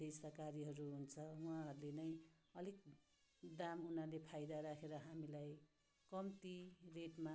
मध्येस्थकारीहरू हुन्छ उहाँहरूले नै अलिक दाम उनीहरूले फाइदा राखेर हामीलाई कम्ती रेटमा